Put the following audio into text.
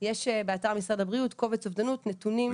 יש באתר משרד הבריאות, קובץ אובדנות, נתונים.